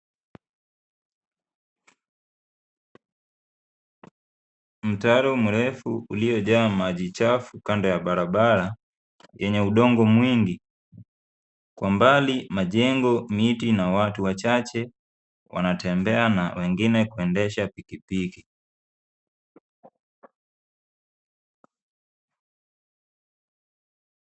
Mtaro mrefu uliojaa maji chafu kando ya barabara, yenye udongo mwingi. Kwa mbali, majengo, miti na watu wachache wanatembea na wengine kuendesha pikipiki.